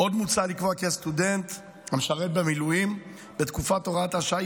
עוד מוצע לקבוע כי הסטודנט המשרת במילואים בתקופת הוראת השעה